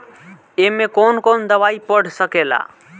ए में कौन कौन दवाई पढ़ सके ला?